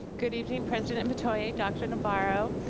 good evening president and metoyer, dr. navarro,